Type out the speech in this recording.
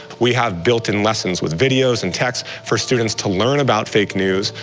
we have built in lessons with videos and text for students to learn about fake news,